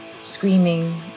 screaming